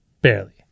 barely